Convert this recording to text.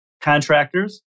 contractors